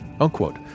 unquote